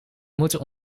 moeten